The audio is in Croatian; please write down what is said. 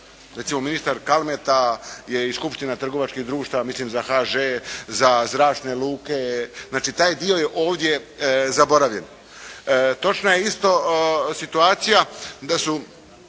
Recimo ministar Kalmeta je iz skupštine trgovačkih društava mislim za HŽ, za zračne luke. Znači, taj dio je ovdje zaboravljen. Točna je isto situacija da su